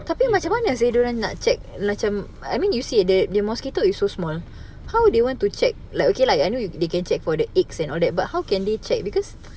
abeh macam mana seh dia orang nak check macam I mean you see the the mosquito is so small how they want to check like okay lah I know they can check for the eggs and all that but how can they check because